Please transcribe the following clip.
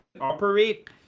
operate